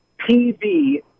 PV